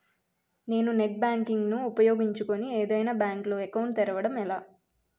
నేను net banking ను ఉపయోగించుకుని ఏదైనా బ్యాంక్ లో అకౌంట్ తెరవడం ఎలా?